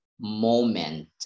moment